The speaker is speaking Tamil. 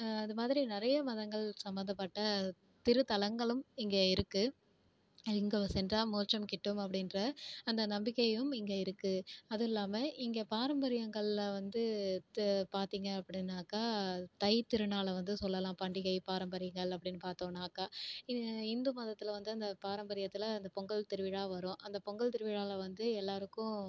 அது மாதிரி நிறையா மதங்கள் சம்மந்தப்பட்ட திருத்தலங்களும் இங்கே இருக்குது இங்கே சென்றால் மோட்சம் கிட்டும் அப்படின்ற அந்த நம்பிக்கையும் இங்கே இருக்குது அதில்லாம இங்கே பாரம்பரியங்களில் வந்து து பார்த்தீங்க அப்படின்னாக்கா தைத் திருநாளை வந்து சொல்லலாம் பண்டிகை பாரம்பரியங்கள் அப்படின்னு பார்த்தோன்னாக்கா இது இந்து மதத்தில் வந்து அந்த பாரம்பரியத்தில் அந்த பொங்கல் திருவிழா வரும் அந்த பொங்கல் திருவிழாவில் வந்து எல்லோருக்கும்